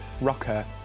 rocker